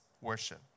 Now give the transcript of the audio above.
worship